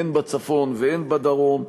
הן בצפון והן בדרום,